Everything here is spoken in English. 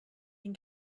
been